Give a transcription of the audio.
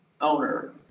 owner